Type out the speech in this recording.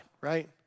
right